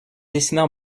dessinées